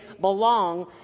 belong